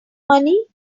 money